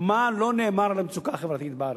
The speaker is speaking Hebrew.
מה לא נאמר על המצוקה החברתית בארץ?